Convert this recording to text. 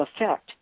effect